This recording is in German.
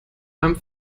beim